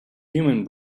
human